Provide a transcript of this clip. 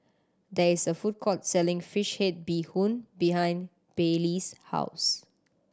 there is a food court selling fish head bee hoon behind Baylee's house